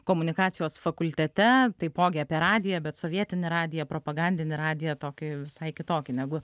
komunikacijos fakultete taipogi apie radiją bet sovietinį radiją propagandinį radiją tokį visai kitokį negu